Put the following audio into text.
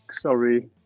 Sorry